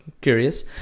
curious